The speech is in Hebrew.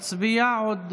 נא להצביע.